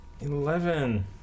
Eleven